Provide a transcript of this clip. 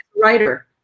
writer